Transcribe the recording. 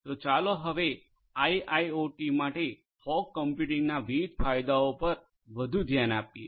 તો ચાલો હવે આઇઆઇઓટી માટે ફોગ કમ્પ્યુટિંગના વિવિધ ફાયદાઓ પર વધુ ધ્યાન આપીએ